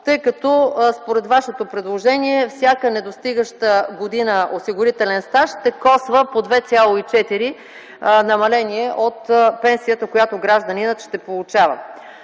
тъй като според вашето предложение всяка недостигаща година осигурителен стаж ще коства по 2,4 намаление от пенсията, която гражданинът ще получава.